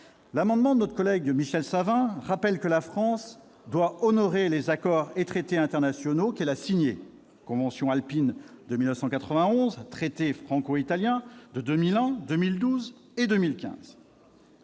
amendement, notre collègue Michel Savin a rappelé que la France doit honorer les accords et les traités internationaux qu'elle a signés : la convention alpine de 1991 et les traités franco-italiens de 2001, de 2012 et de 2015.